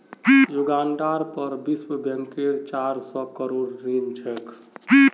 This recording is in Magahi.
युगांडार पर विश्व बैंकेर चार सौ करोड़ ऋण छेक